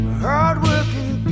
hardworking